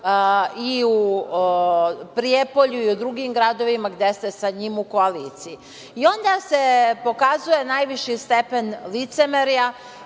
i u Prijepolju i u drugim gradovima gde se sa njim u koaliciji. Onda se pokazuje najviši stepen licemerja